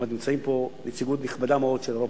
כלומר, נמצאת פה נציגות נכבדה מאוד של אירופה.